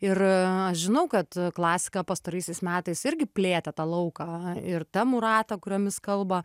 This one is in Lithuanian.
ir aš žinau kad klasika pastaraisiais metais irgi plėtė tą lauką ir temų ratą kuriomis kalba